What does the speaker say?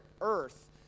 earth